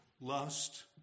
Lust